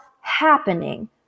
happening